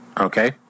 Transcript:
Okay